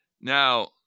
Now